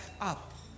up